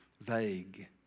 vague